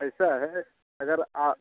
ऐसा है अगर